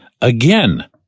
again